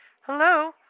Hello